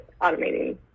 automating